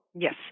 Yes